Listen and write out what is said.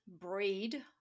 breed